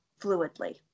fluidly